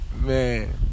Man